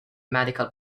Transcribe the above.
medical